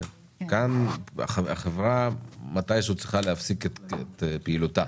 כאן החברה מתישהו צריכה להפסיק את פעילותה,